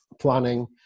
planning